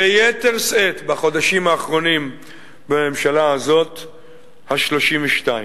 וביתר שאת בחודשים האחרונים בממשלה הזאת, ה-32.